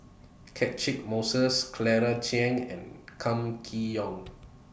Catchick Moses Claire Chiang and Kam Kee Yong